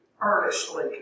earnestly